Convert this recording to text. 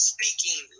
Speaking